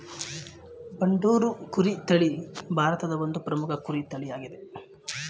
ಬಂಡೂರು ಕುರಿ ತಳಿ ಭಾರತದ ಒಂದು ಪ್ರಮುಖ ಕುರಿ ತಳಿಯಾಗಿದೆ